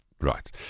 Right